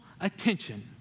attention